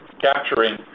capturing